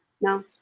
No